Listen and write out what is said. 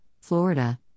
Florida